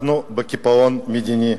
אנחנו בקיפאון מדיני,